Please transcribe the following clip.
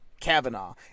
Kavanaugh